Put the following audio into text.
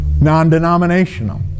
non-denominational